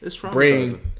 bring